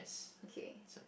okay